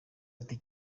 ati